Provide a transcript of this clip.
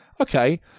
okay